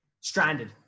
stranded